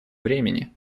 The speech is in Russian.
времени